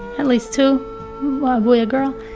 at least two, a boy, a girl.